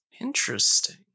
Interesting